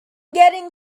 getting